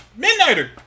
Midnighter